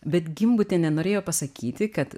bet gimbutienė norėjo pasakyti kad